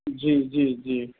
जी जी जी